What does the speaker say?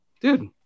dude